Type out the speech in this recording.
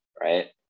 Right